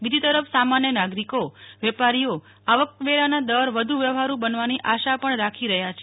બીજી તરફ સામાન્ય નાગરિકો વેપારીઓ આવકવેરાના દર વધુ વ્યવહારૂ બનવાની આશા પણ રાખી રહ્યાં છે